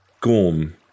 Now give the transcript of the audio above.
Gorm